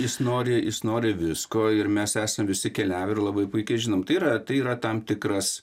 jis nori jis nori visko ir mes esam visi keliavę ir labai puikiai žinom tai yra tai yra tam tikras